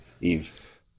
Eve